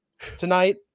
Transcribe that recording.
tonight